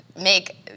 make